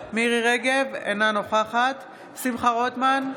רגב, אינה נוכחת שמחה רוטמן,